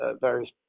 various